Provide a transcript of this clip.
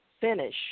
finish